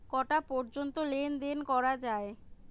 কটা পর্যন্ত লেন দেন করা য়ায়?